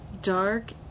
dark